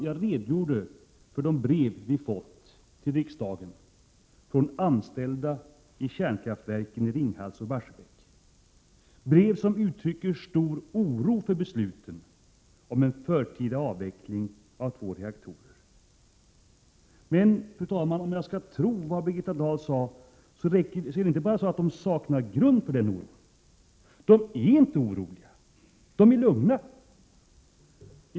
Jag redogjorde för de brev vi har fått till riksdagen från anställda vid kärnkraftverken i Ringhals och Barsebäck, brev som uttrycker stor oro för beslutet om en förtida avveckling av två reaktorer. Men om jag skulle tro vad Birgitta Dahl sade, är det inte bara så att de saknar grund för den oron, utan de är inte oroliga — de är lugna!